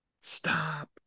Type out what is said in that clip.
stop